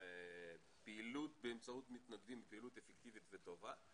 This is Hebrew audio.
הפעילות באמצעות מתנדבים היא פעילות אפקטיבית וטובה,